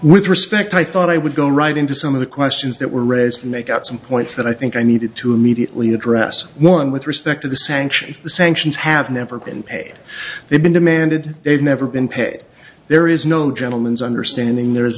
with respect i thought i would go right into some of the questions that were raised and they got some points that i think i needed to immediately address one with respect to the sanctions the sanctions have never been paid they've been demanded they've never been paid there is no gentleman's understanding there is